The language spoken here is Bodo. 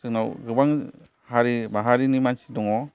जोंनाव गोबां हारि माहारिनि मानसि दङ